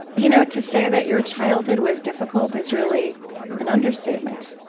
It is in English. you know, to say that your childhood was difficult is really an understatement.